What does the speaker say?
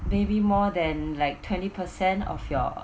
maybe more than like twenty percent of your